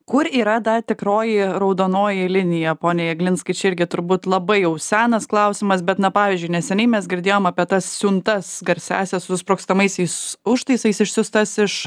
kur yra da tikroji raudonoji linija pone jeglinski čia irgi turbūt labai jau senas klausimas bet na pavyzdžiui neseniai mes girdėjom apie tas siuntas garsiąsias su sprogstamaisiais užtaisais išsiųstas iš